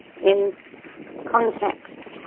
in context,